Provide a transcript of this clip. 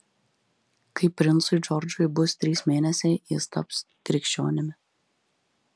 kai princui džordžui bus trys mėnesiai jis taps krikščionimi